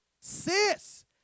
sis